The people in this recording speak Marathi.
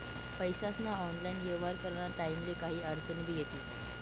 पैसास्ना ऑनलाईन येव्हार कराना टाईमले काही आडचनी भी येतीस